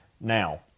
now